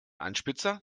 anspitzer